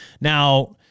now